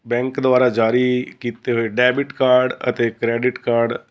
bank ਦੁਆਰਾ ਜਾਰੀ ਕੀਤੇ ਹੋਏ ਡੈਬਿਟ ਕਾਰਡ ਅਤੇ ਕ੍ਰੈਡਿਟ ਕਾਰਡ